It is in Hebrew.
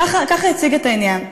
ככה הוא הציג את העניין.